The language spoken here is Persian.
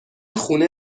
خونه